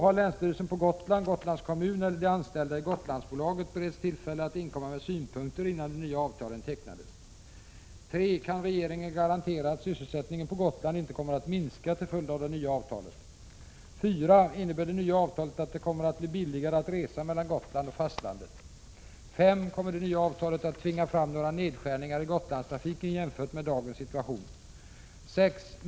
Har länsstyrelsen på Gotland, Gotlands kommun eller de anställda i Gotlandsbolaget beretts tillfälle att inkomma med synpunkter, innan de nya avtalet tecknades? 3. Kan regeringen garantera att sysselsättningen på Gotland inte kommer att minska till följd av det nya avtalet? 4. Innebär det nya avtalet att det kommer att bli billigare att resa mellan Gotland och fastlandet? 5. Kommer det nya avtalet att tvinga fram några nedskärningar i Gotlandstrafiken, jämfört med dagens situation? 6.